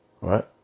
right